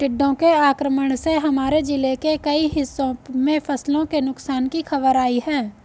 टिड्डों के आक्रमण से हमारे जिले के कई हिस्सों में फसलों के नुकसान की खबर आई है